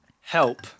Help